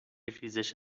ریزش